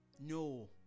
no